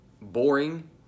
boring